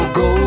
go